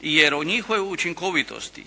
jer o njihovoj učinkovitosti,